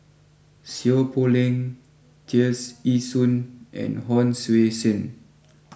Seow Poh Leng Tears Ee Soon and Hon Sui Sen